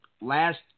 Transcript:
last